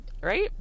right